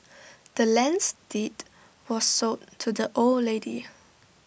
the land's deed was sold to the old lady